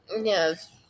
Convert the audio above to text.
yes